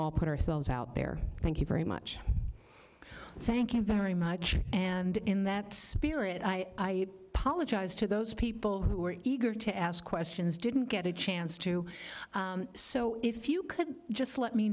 ourselves out there thank you very much thank you very much and in that spirit i apologize to those people who were eager to ask questions didn't get a chance to so if you could just let me